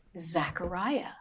Zechariah